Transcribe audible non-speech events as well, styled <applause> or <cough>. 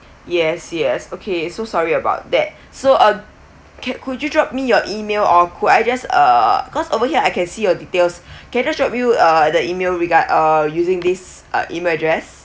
yes yes okay so sorry about that so uh can could you drop me your email or could I just uh cause over here I can see your details <breath> can I just drop you uh the email regard uh using this uh email address